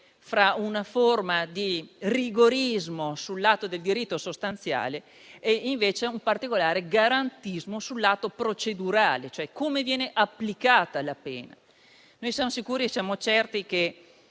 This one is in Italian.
fra una forma di rigorismo sul lato del diritto sostanziale e un particolare garantismo sul lato procedurale, cioè su come viene applicata la pena. Abbiamo sempre sostenuto che